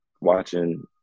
watching